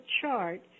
chart